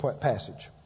passage